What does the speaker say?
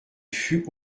fut